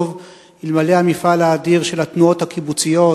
אלמלא המפעל האדיר של התנועות הקיבוציות,